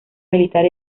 militar